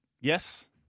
Yes